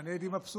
ואני הייתי מבסוט,